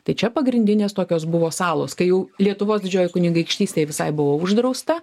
tai čia pagrindinės tokios buvo salos kai jau lietuvos didžiojoj kunigaikštystėj visai buvo uždrausta